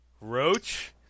Roach